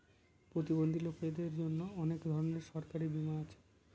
প্রতিবন্ধী লোকদের জন্য অনেক ধরনের সরকারি বীমা আছে